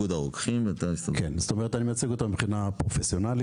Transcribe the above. זאת אומרת, אני מייצג אותם מבחינה פרופסיונאלית,